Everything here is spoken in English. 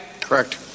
Correct